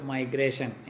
Migration